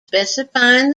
specifying